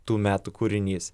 tų metų kūrinys